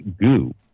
Goo